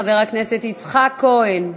חבר הכנסת יצחק כהן,